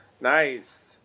Nice